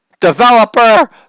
developer